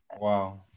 Wow